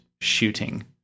shooting